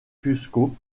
cuzco